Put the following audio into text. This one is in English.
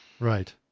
Right